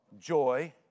joy